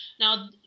Now